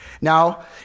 Now